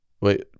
wait